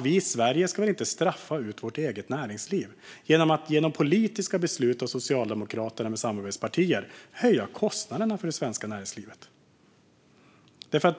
Vi i Sverige ska väl inte straffa ut vårt eget näringsliv genom politiska beslut av Socialdemokraterna med samarbetspartier som höjer kostnaderna för det svenska näringslivet?